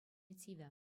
тивӗ